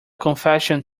confession